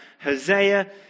Hosea